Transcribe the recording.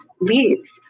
leaves